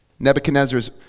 Nebuchadnezzar's